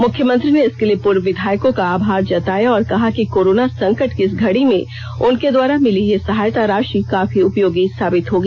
मुख्यमंत्री ने इसके लिए पूर्व विधायकों का आभार जताया और कहा कि कोरोना संकट की इस घड़ी में उनके द्वारा मिली यह सहायता राशि काफी उपयोगी साबित होगी